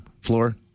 floor